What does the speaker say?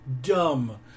dumb